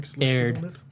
aired